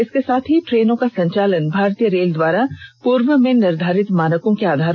इसके साथ ही ट्रेनों का संचालन भारतीय रेल द्वारा पूर्व में निर्धारित मानकों के आधार पर किया जायेगा